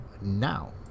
now